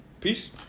Peace